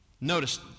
Notice